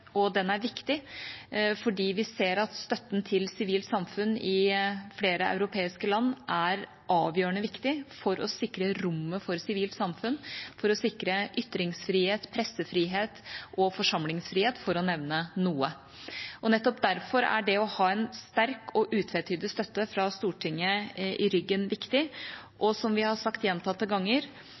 og den er viktig, fordi vi ser at støtten til sivilt samfunn i flere europeiske land er avgjørende viktig for å sikre rommet for sivilt samfunn, for å sikre ytringsfrihet, pressefrihet og forsamlingsfrihet, for å nevne noe. Nettopp derfor er det å ha en sterk og utvetydig støtte fra Stortinget i ryggen viktig. Som vi har sagt gjentatte ganger: